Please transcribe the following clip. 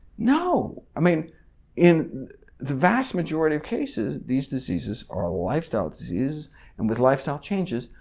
no. i mean in the vast majority of cases, these diseases are lifestyle diseases and with lifestyle changes,